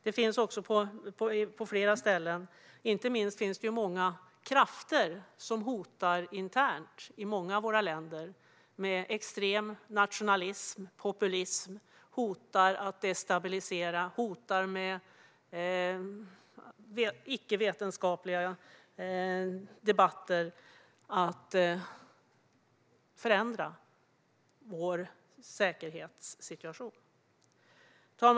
Detta finns på flera ställen, och inte minst finns det många krafter som hotar internt i många av våra länder med extrem nationalism och populism. De hotar att destabilisera och att med icke-vetenskapliga debatter förändra vår säkerhetssituation. Herr talman!